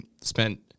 spent